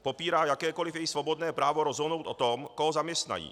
Popírá jakékoliv jejich svobodné právo rozhodnout o tom, koho zaměstnají.